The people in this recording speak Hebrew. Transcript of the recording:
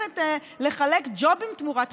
שהולכת לחלק ג'ובים תמורת חסינות,